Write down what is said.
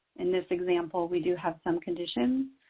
in this example, we do have some conditions.